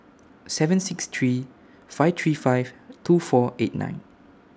seven six three five three five two four eight nine